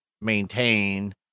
maintain